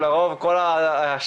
עוד אין